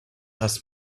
ask